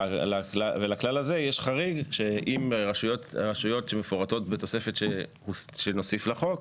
ולכלל הזה יש חריג שאם הרשויות שמפורטות בתוספת שנוסיף לחוק,